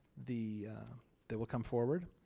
the that will come forward.